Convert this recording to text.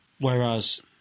Whereas